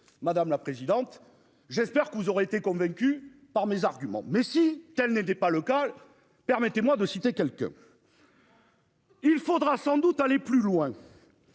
madame la présidente. J'espère que vous aurez été convaincu par mes arguments mais si tel n'était pas le cas. Permettez-moi de citer quelques.-- Il faudra sans doute aller plus loin.